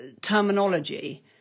terminology